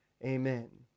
amen